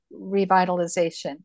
revitalization